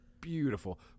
beautiful